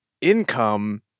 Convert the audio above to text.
income